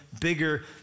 bigger